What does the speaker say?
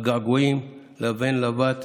הגעגועים, לבן, לבת,